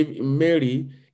Mary